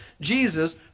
Jesus